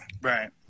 Right